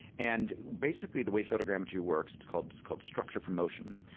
and basically, the way photogrammetry works, it's called it's called structure for motion.